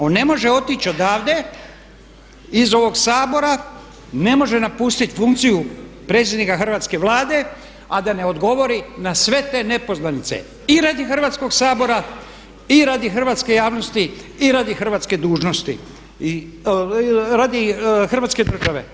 On ne može otići odavde iz ovog Sabora, ne može napustiti funkciju predsjednika Hrvatske Vlade a da ne odgovori na sve te nepoznanice i radi Hrvatskog sabora i radi hrvatske javnosti i radi hrvatske dužnosti, radi Hrvatske države.